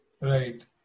Right